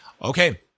Okay